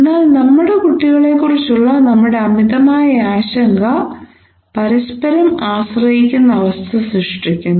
എന്നാൽ നമ്മുടെ കുട്ടികളെക്കുറിച്ചുള്ള നമ്മുടെ അമിതമായ ആശങ്ക പരസ്പരം ആശ്രയിക്കുന്ന അവസ്ഥ സൃഷ്ടിക്കുന്നു